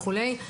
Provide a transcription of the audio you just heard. וכולי.